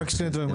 שני דברים,